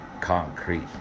concrete